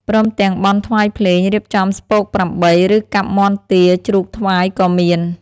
ព្រមទាំងបន់ថ្វាយភ្លេង រៀបចំស្ពកប្រាំបី ឫកាប់មាន់ទា ជ្រូកថ្វាយក៏មាន។